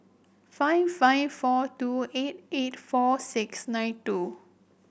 five five four two eight eight four six nine two